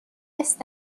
اورست